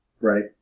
Right